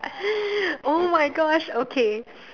!oh-my-gosh! okay